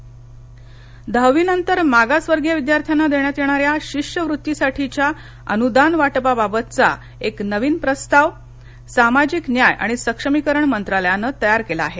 शिष्यवत्ती दहावीनंतर मागासवर्गीय विद्यार्थ्यांना देण्यात येणाऱ्या शिष्यवृत्तीसाठीच्या अनुदान वाटपाबाबतचा एक नवीन प्रस्ताव सामाजिक न्याय आणि सक्षमीकरण मंत्रालयानं तयार केला आहे